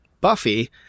Buffy